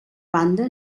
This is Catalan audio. banda